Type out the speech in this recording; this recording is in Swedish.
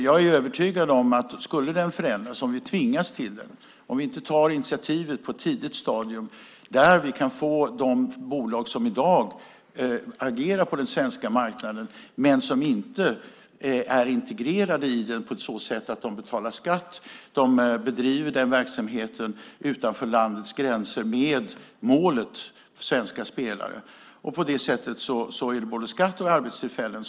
Jag är övertygad om att om den skulle förändras, om vi tvingas till det, och om vi inte tar initiativ på ett tidigt stadium när det gäller de bolag som i dag agerar på den svenska marknaden men som inte är integrerade i den på ett sådant sätt att de betalar skatt - de bedriver den verksamheten utanför landets gränser, och målet är svenska spelare - då försvinner både skatt och arbetstillfällen.